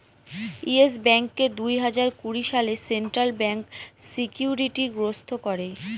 yes ব্যাঙ্ককে দুই হাজার কুড়ি সালে সেন্ট্রাল ব্যাঙ্ক সিকিউরিটি গ্রস্ত করে